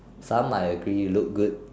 some I agree look good